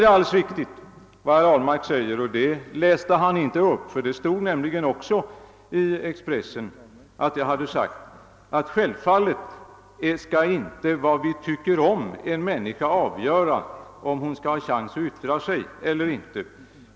Det är riktigt som herr Ahlmark säger — han läste inte upp det, men det stod också i Expressen att jag hade sagt det — att vad vi tycker om en människa inte skall avgöra om hon skall ha chansen att yttra sig eller inte.